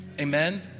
Amen